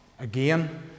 Again